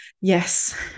Yes